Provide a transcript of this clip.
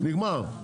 נגמר.